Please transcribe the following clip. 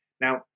now